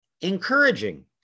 encouraging